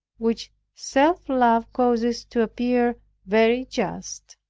which self-love causes to appear very just.